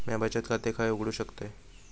म्या बचत खाते खय उघडू शकतय?